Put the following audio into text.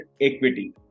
equity